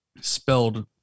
spelled